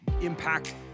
impact